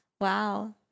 Wow